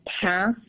path